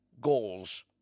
goals